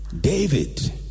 David